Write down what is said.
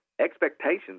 expectations